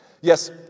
yes